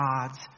God's